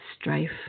strife